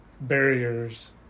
barriers